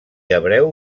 hebreu